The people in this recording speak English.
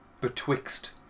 betwixt